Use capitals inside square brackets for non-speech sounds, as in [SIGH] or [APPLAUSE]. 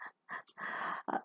[LAUGHS] uh